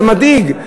זה מדאיג,